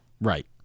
Right